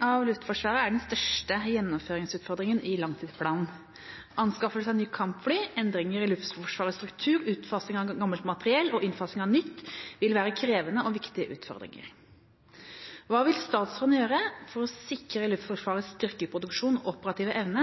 av Luftforsvaret er den største gjennomføringsutfordringa i langtidsplanen . Anskaffelse av nye kampfly, endringer i Luftforsvarets struktur, utfasing av gammelt materiell og innfasing av nytt vil være krevende og viktige utfordringer. Hva vil statsråden gjøre for å sikre Luftforsvarets styrkeproduksjon og operative evne,